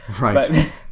right